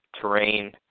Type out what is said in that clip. terrain